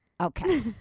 Okay